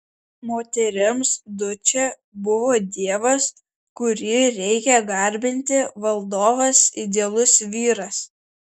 moterims dučė buvo dievas kurį reikia garbinti valdovas idealus vyras